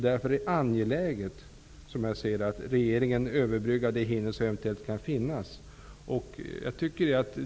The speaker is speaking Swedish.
Därför är det, som jag ser saken, angeläget att regeringen överbryggar eventuella hinder.